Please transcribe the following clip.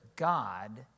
God